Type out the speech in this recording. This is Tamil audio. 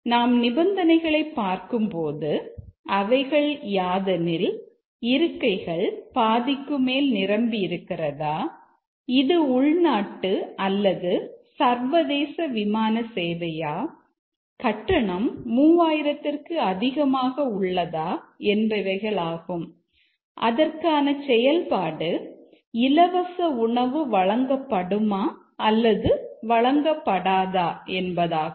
நாம் நிபந்தனைகளை பார்க்கும்போது அவைகள் யாதெனில் இருக்கைகள் பாதிக்குமேல் நிரம்பி இருக்கிறதா இது உள்நாட்டு அல்லது சர்வதேச விமான சேவையா கட்டணம் 3000 ற்கு அதிகமாக உள்ளதா என்பவைகளாகும் அதற்கான செயல்பாடு இலவச உணவு வழங்கப்படுமா அல்லது வழங்கப்படாதா என்பதாகும்